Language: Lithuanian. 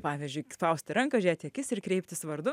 pavyzdžiui spausti ranką žiūrėt į akis ir kreiptis vardu